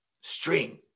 string